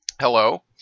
Hello